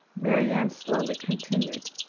marianne slowly continued